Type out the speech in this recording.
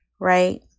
right